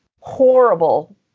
horrible